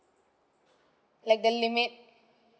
like the limit